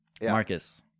marcus